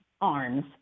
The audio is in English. arms